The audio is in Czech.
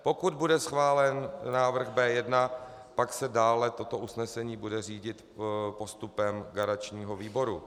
Pokud bude schválen návrh B1, pak se dále toto usnesení bude řídit postupem garančního výboru.